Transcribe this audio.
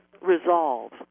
resolve